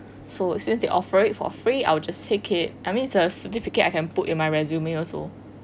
so it says they offer it for free I will just take it I mean it's a certificate I can put in my resume also